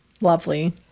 Lovely